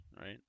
right